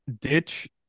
ditch